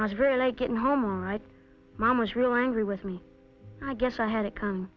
i was very late getting home one night mom was real angry with me i guess i had to come